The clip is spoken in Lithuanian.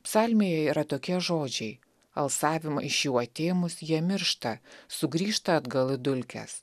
psalmėje yra tokie žodžiai alsavimą iš jų atėmus jie miršta sugrįžta atgal į dulkes